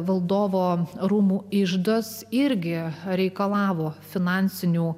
valdovų rūmų iždas irgi reikalavo finansinių